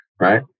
Right